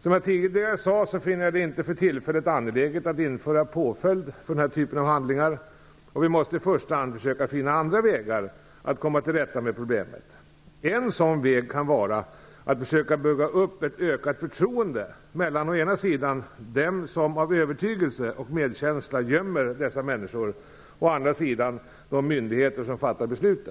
Som jag tidigare sade finner jag det inte för tillfället angeläget att införa påföljd för den här typen av handlingar. I första hand måste vi försöka finna andra vägar att komma till rätta med problemet. En väg kan vara att försöka bygga upp ett ökat förtroende mellan å ena sidan dem som av övertygelse och medkänsla gömmer dessa människor och å andra sidan de myndigheter som fattar beslut.